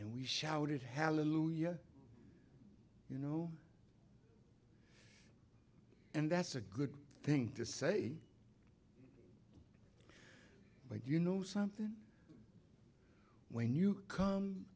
and we shouted hallelujah you know and that's a good thing to say but you know something when you come